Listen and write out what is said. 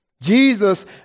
Jesus